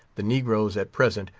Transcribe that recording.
the negroes, at present,